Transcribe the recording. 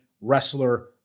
wrestler